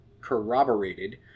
corroborated